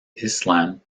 islam